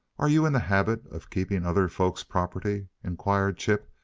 are you in the habit of keeping other folk's property? inquired chip,